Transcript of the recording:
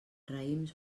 raïms